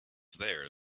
there